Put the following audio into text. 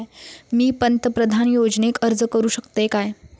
मी पंतप्रधान योजनेक अर्ज करू शकतय काय?